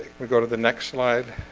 we go to the next slide